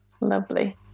lovely